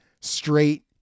straight